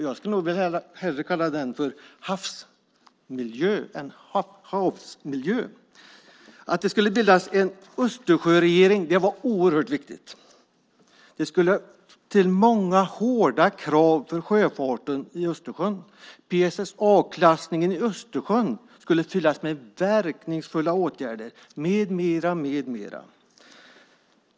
Jag skulle nog hellre vilja kalla den för hafsmiljö än havsmiljö. Det var oerhört viktigt att det skulle bildas en Östersjöregering. Det skulle till många hårda krav för sjöfarten i Östersjön. PSSA-klassningen i Östersjön skulle fyllas med verkningsfulla åtgärder med mera, med mera.